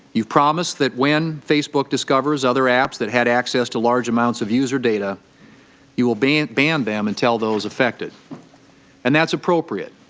you promised that when facebook discovers other apps that had access to large amounts of user data you will ban ban them and tell those affected and that's appropriate.